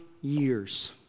years